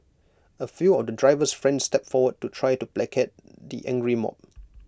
A few of the driver's friends stepped forward to try to placate the angry mob